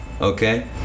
Okay